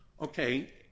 Okay